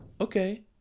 Okay